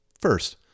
First